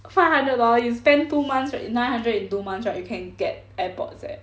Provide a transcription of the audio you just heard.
five hundred dollar you spend two months right nine hundred in two months right you can get airpods eh